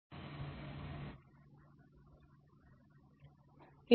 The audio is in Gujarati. આઇ